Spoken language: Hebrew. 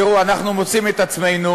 תראו, אנחנו מוצאים את עצמנו